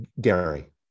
Gary